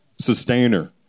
sustainer